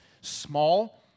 small